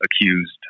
accused